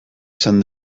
izan